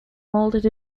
molded